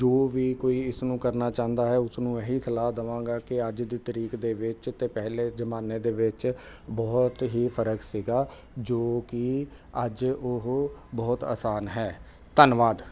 ਜੋ ਵੀ ਕੋਈ ਇਸ ਨੂੰ ਕਰਨਾ ਚਾਹੁੰਦਾ ਹੈ ਉਸ ਨੂੰ ਇਹੀ ਸਲਾਹ ਦੇਵਾਂਗਾ ਕਿ ਅੱਜ ਦੀ ਤਰੀਕ ਦੇ ਵਿੱਚ ਅਤੇ ਪਹਿਲੇ ਜ਼ਮਾਨੇ ਦੇ ਵਿੱਚ ਬਹੁਤ ਹੀ ਫਰਕ ਸੀਗਾ ਜੋ ਕਿ ਅੱਜ ਉਹ ਬਹੁਤ ਆਸਾਨ ਹੈ ਧੰਨਵਾਦ